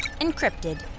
Encrypted